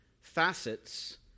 facets